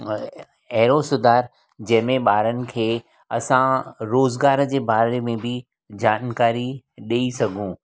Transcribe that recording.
अहिड़ो सुधारु जंहिंमें ॿारनि खे असां रोज़गार जे बारे में बि जानकारी ॾेई सघूं